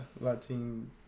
Latin